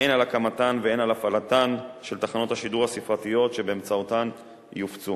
הן על הקמתן והן על הפעלתן של תחנות השידור הספרתיות שבאמצעותן יופצו